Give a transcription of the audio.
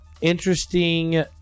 interesting